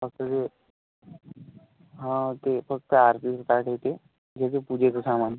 फक्त जे हां ते फक्त आरतीचं ताट हे ते घे पूजेचं सामान